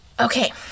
Okay